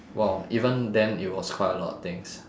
!wow! even then it was quite a lot of things